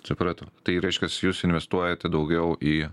supratau tai reiškias jūs investuojate daugiau į